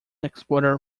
explorer